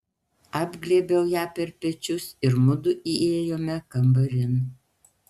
apglėbiau ją per pečius ir mudu įėjome kambarin